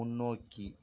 முன்னோக்கி